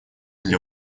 для